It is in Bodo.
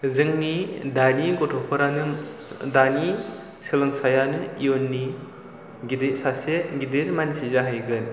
जोंनि दानि गथ'फोरानो दानि सोलोंसायानो इयुननि गिदिर सासे गिदिर मानसि जाहैगोन